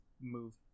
move